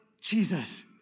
Jesus